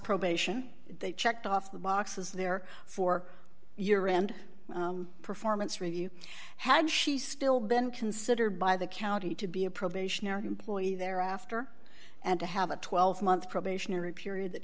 probation they checked off the boxes there for your end performance review had she still been considered by the county to be a probationary employee thereafter and to have a twelve month probationary period that